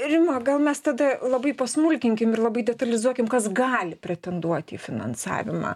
rima gal mes tada labai pasmulkinkim ir labai detalizuokim kas gali pretenduot į finansavimą